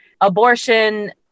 Abortion